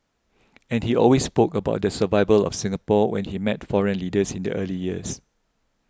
and he always spoke about the survival of Singapore when he met foreign leaders in the early years